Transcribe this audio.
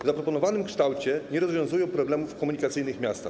W zaproponowanym kształcie nie rozwiązują problemów komunikacyjnych miasta.